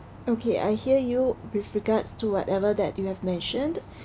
okay I hear you with regards to whatever that you have mentioned